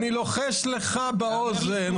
אני לוחש לך באוזן,